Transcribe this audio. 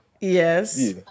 Yes